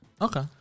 Okay